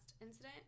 incident